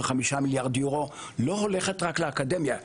5 מיליארד יורו לא הולכת רק לאקדמיה,